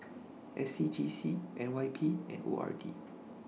SCGC NYP and ORD